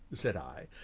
said i,